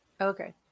Okay